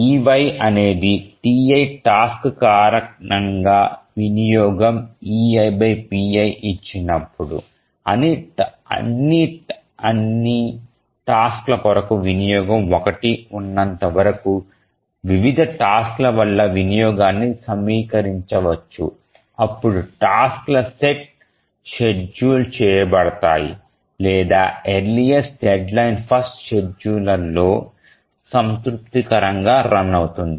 eyఅనేది ti task కారణంగా వినియోగం eipiఇచ్చినప్పుడు అన్ని టాస్క్ ల కొరకు వినియోగం 1 ఉన్నంత వరకు వివిధ టాస్క్ ల వల్ల వినియోగాన్ని సమీకరించవచ్చు అప్పుడు టాస్క్ ల సెట్ షెడ్యూల్ చేయబడతాయి లేదా ఎర్లీఎస్ట్ డెడ్లైన్ ఫస్ట్ షెడ్యూలర్ లో సంతృప్తికరంగా రన్ అవుతుంది